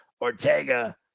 Ortega